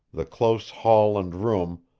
the close hall and room,